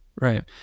Right